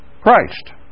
Christ